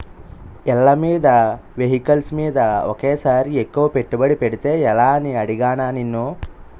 ఇళ్ళమీద, వెహికల్స్ మీద ఒకేసారి ఎక్కువ పెట్టుబడి పెడితే ఎలా అని అడిగానా నిన్ను